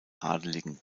adeligen